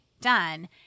done